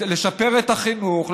לשפר את החינוך,